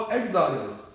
exiles